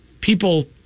people